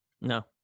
No